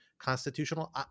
constitutional